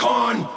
Con